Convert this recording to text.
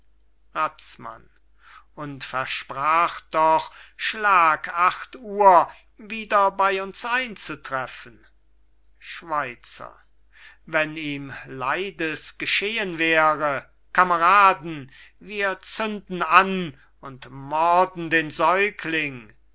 razmann und versprach doch schlag acht uhr wieder bey uns einzutreffen schweizer wenn ihm leides geschehen wäre kameraden wir zünden an und morden den säugling